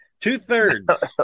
Two-thirds